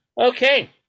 okay